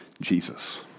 Jesus